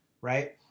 Right